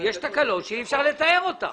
יש תקלות שאי אפשר לתאר אותן.